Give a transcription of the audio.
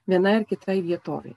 vienai ar kitai vietovei